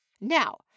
Now